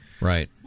Right